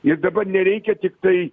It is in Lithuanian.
ir dabar nereikia tiktai